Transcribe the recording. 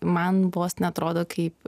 man vos neatrodo kaip